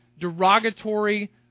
derogatory